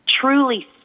truly